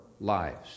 lives